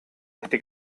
este